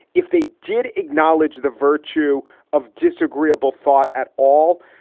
if they did acknowledge the virtue of disagreeable thought at all,